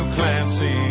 Clancy